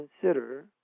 consider